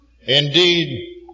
Indeed